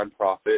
nonprofit